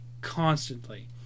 constantly